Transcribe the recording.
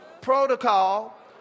protocol